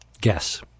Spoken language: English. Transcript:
Guess